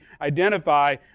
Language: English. identify